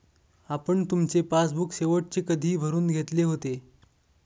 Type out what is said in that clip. आपण तुमचे पासबुक शेवटचे कधी भरून घेतले होते?